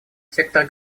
сектор